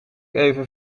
even